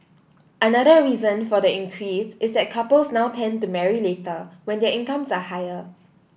another reason for the increase is that couples now tend to marry later when their incomes are higher